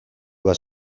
bat